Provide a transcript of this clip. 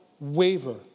Waver